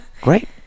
Great